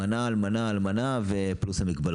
הם מקבלים מנה על מנה על מנה פלוס מגבלות.